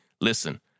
Listen